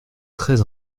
très